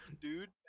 dude